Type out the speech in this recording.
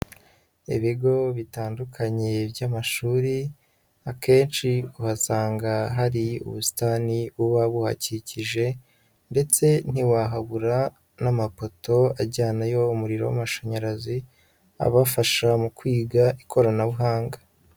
Ibigo bitandukanye by'amashuri, akenshi uhasanga hari ubusitani buba buhakikije ndetse ntiwahabura n'amapoto ajyanayo umuriro w'amashanyarazi, abafasha mu kwiga ikoranabuhanga.